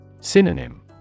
Synonym